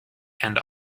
and